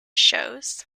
shows